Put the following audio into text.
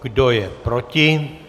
Kdo je proti?